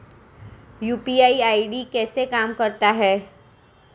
UPI ID कैसे काम करता है?